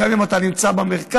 אבל גם אם אתה נמצא במרכז